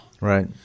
right